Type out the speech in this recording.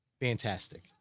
fantastic